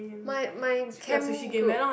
my my camp group